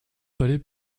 palais